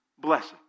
blessing